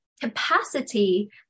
capacity